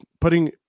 putting